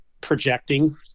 projecting